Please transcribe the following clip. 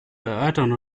erörtern